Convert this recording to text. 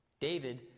David